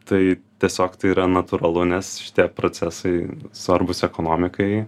tai tiesiog tai yra natūralu nes šitie procesai svarbūs ekonomikai